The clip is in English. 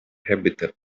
habitat